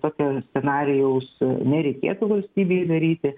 tokio scenarijaus nereikėtų valstybei daryti